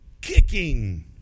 kicking